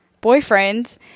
boyfriend